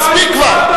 מספיק כבר.